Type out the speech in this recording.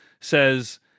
says